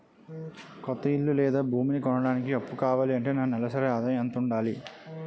కొత్త ఇల్లు లేదా భూమి కొనడానికి అప్పు కావాలి అంటే నా నెలసరి ఆదాయం ఎంత ఉండాలి?